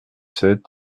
sept